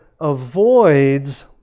avoids